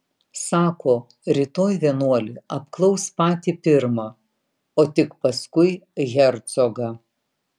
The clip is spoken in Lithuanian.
sako rytoj vienuolį apklaus patį pirmą o tik paskui hercogą